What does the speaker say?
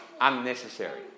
Unnecessary